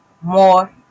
more